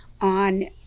on